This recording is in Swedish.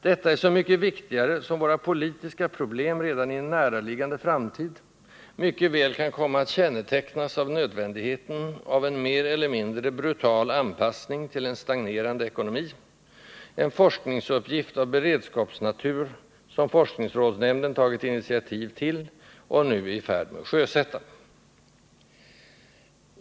Detta är så mycket viktigare som våra politiska problem redan i en näraliggande framtid mycket väl kan komma att kännetecknas av nödvändigheten av en mer eller mindre brutal anpassning till en stagnerande ekonomi — en forskningsuppgift av beredskapsnatur, som forskningsrådsnämnden tagit initiativ till och nu är i färd med att sjösätta.